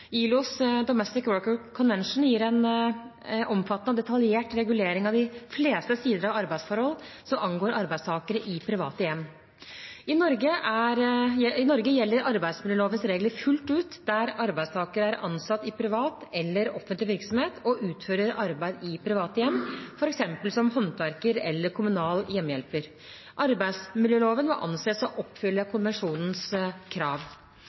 ILOs Domestic Workers Convention gir en omfattende og detaljert regulering av de fleste sider av arbeidsforhold som angår arbeidstakere i private hjem. I Norge gjelder arbeidsmiljølovens regler fullt ut der arbeidstaker er ansatt i privat eller i offentlig virksomhet og utfører arbeid i private hjem, f.eks. som håndverker eller som kommunal hjemmehjelper. Arbeidsmiljøloven må anses å oppfylle konvensjonens krav.